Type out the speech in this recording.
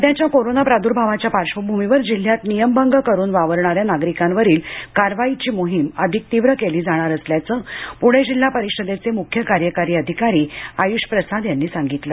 सध्याच्या कोरोना प्रादूर्भावाच्या पार्श्वभूमीवर जिल्ह्यात नियमभंग करून वावरणाऱ्या नागरिकांवरील कारवाईची मोहीम अधिक तीव्र केली जाणार असल्याचं पूणे जिल्हा परिषदेचे मुख्य कार्यकारी अधिकारी आयुष प्रसाद यांनी सांगितलं